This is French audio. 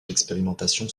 d’expérimentation